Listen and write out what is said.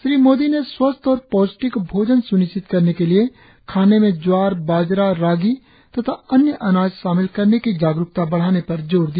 श्री मोदी ने स्वस्थ और पौष्टिक भोजन स्निश्चित करने के लिए खाने में ज्वार बाजरा रागी तथा अन्य अनाज शामिल करने की जागरूकता बढ़ाने पर जोर दिया